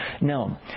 now